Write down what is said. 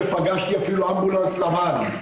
שפגשתי אפילו אמבולנס לבן,